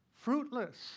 fruitless